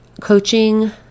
Coaching